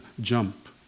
jump